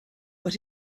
but